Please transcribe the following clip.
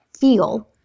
feel